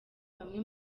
bamwe